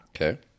Okay